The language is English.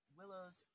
willows